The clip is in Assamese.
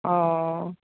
অ